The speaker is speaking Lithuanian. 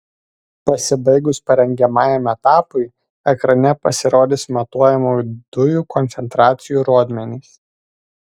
pasibaigus parengiamajam etapui ekrane pasirodys matuojamų dujų koncentracijų rodmenys